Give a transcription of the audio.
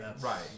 right